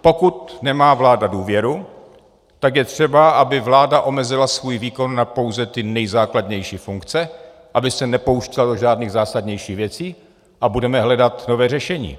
pokud nemá vláda důvěru, tak je třeba, aby vláda omezila svůj výkon pouze na nejzákladnější funkce, aby se nepouštěla do nějakých zásadnějších věcí, a budeme hledat nové řešení.